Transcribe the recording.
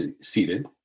seated